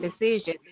decision